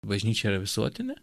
bažnyčia yra visuotinė